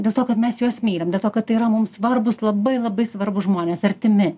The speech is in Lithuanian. dėl to kad mes juos mylim dėl to kad tai yra mums svarbūs labai labai svarbūs žmonės artimi